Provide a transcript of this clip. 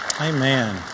Amen